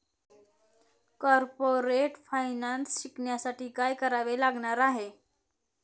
Corporate finance शिकण्यासाठी काय करावे लागणार आहे?